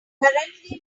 currently